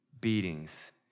beatings